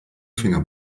finger